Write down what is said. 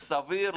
סביר,